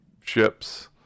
ships